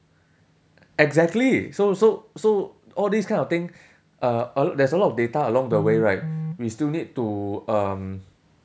exactly so so so all these kind of thing uh a there is a lot of data along the way right we still need to um